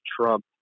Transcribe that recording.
trump